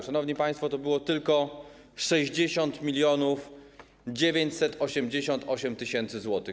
Szanowni państwo, to było tylko 60 988 tys. zł.